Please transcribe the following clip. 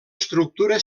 estructura